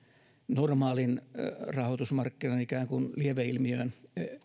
normaalin rahoitusmarkkinan ikään kuin lieveilmiöön